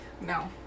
no